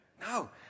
No